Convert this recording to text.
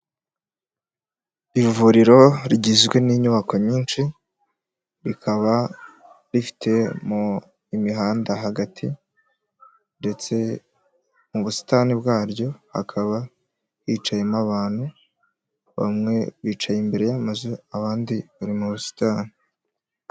Ivuriro rigizwe n'inyubako nyinshi, rikaba rifitemo imihanda hagati, ndetse mu busitani bwaryo, hakaba hicayemo abantu, bamwe bicaye imbere y'amazu, abandi bari mu busitani.